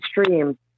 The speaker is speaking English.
stream